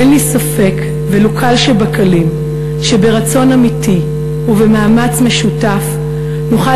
אין לי ספק ולו קל שבקלים שברצון אמיתי ובמאמץ משותף נוכל